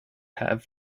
have